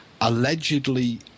allegedly